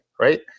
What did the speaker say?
Right